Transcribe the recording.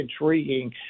intriguing